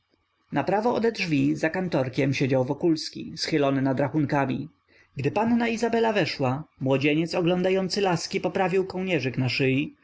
naprawo ode drzwi za kantorkiem siedział wokulski schylony nad rachunkami gdy panna izabela weszła młodzieniec oglądający laski poprawił kołnierzyk na szyi